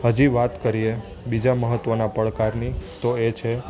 હજી વાત કરીએ બીજા મહત્ત્વના પડકારની તો એ છે